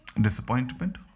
disappointment